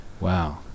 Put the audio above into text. Wow